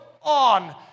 on